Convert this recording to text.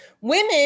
Women